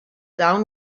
down